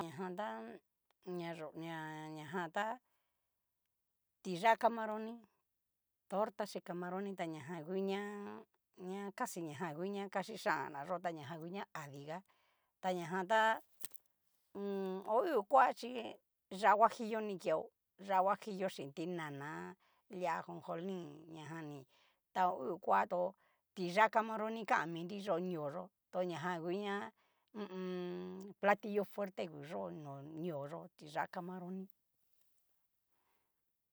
Ña jan ta ñayó ña-ña jan tá, tiyá camaroni, torta xi camaroni, ta ña jan huña ña casi ña jan u'ña kaxhixhan ná yó, ta ña jan ngu ña adíga, ta ñajan tá ho hu koa chí yá'a huajillo ni keo, ya'a huajillo chin ti nana, lia ajojolin ña jan ni ta ho hu koa tó, tiyá camaroni kanminri yó ñoo yó, tu ñajan u'ña hu u un. platillo fuerte nguyó no ñoo yó tiyá camaroni.